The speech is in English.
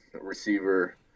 receiver